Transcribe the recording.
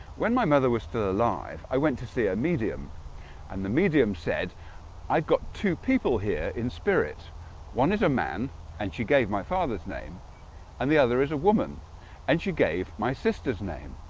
when my mother was still alive went to see a medium and the medium said i've got two people here in spirits one is a man and she gave my father's name and the other is a woman and she gave my sister's name